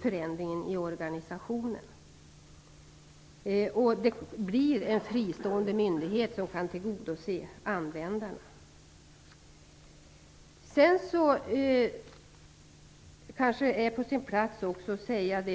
förändringen i organisationen. Det skapas en fristående myndighet som kan tillgodose användarna. Det är kanske på sin plats att säga följande.